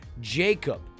Jacob